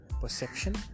perception